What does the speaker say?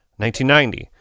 1990